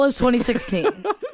2016